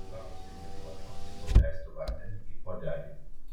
netarusi nė žodžio ėmiau leisti vandenį į puodelį